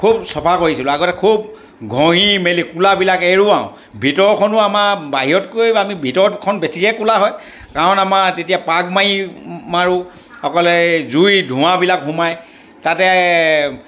খুব চাফা কৰিছিলোঁ আগতে খুব ঘঁহি মেলি কলাবিলাক এৰোৱাও ভিতৰখনো আমাৰ বাহিৰতকৈ আমি ভিতৰখন বেছিকৈহে কলা হয় কাৰণ আমাৰ তেতিয়া পাগ মাৰি মাৰোঁ অকল সেই জুই ধোঁৱাবিলাক সোমায় তাতে